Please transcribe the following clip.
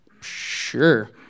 sure